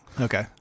Okay